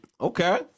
Okay